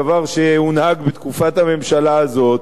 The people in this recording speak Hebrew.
דבר שהונהג בתקופת הממשלה הזאת,